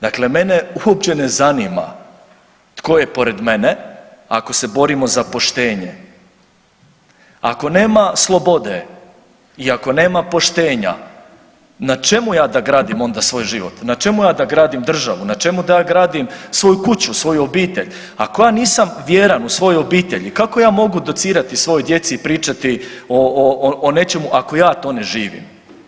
Dakle, mene uopće ne zanima tko je pored mene, ako se borimo za poštenje, ako nema slobode i ako nema poštenja, na čemu ja da gradim onda svoj život, na da čemu ja da gradim državu, na čemu da ja gradim svoju kuću, svoju obitelj, ako ja nisam vjeran u svojoj obitelji, kako ja mogu docirati svojoj djeci i pričati o nečemu ako ja to ne živim.